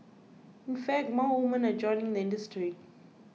in fact more women are joining the industry